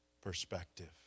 perspective